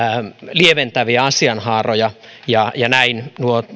lieventäviä asianhaaroja ja ja näin